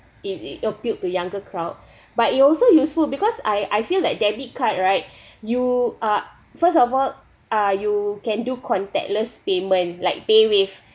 it it appealed to younger crowd but it also useful because I I feel like debit card right you uh first of all uh you can do contactless payment like paywave